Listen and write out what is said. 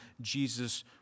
Jesus